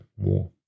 more